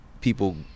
people